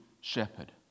shepherd